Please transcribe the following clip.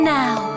now